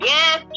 Yes